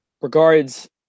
Regards